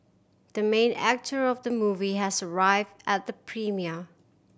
the main actor of the movie has arrived at the premiere